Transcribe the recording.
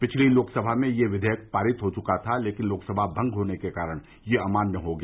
पिछली लोकसभा से यह विधेयक पारित हो चुका था लेकिन लोकसभा भंग होने के कारण यह अमान्य हो गया